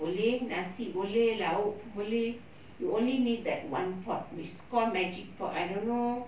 boleh nasi boleh lauk pun boleh you only need that one pot which call magic pot I don't know